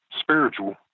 spiritual